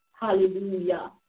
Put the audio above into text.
Hallelujah